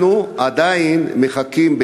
אנחנו עדיין מחכים.